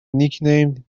nicknamed